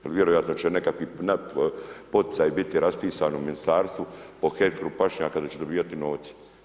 Jer vjerojatno će nekakvi poticaji biti raspisani u ministarstvu po hektru pašnjaka da će dobivati novce.